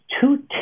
two